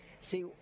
See